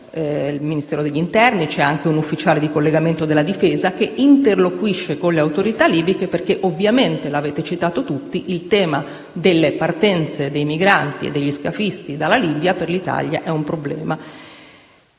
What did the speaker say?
il Ministero dell'interno e anche un ufficiale di collegamento della Difesa che interloquisce con le autorità libiche (perché ovviamente, lo avete citato tutti, il tema delle partenze dei migranti e degli scafisti dalla Libia per l'Italia è un problema).